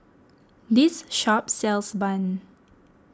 this shop sells Bun